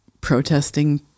protesting